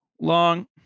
long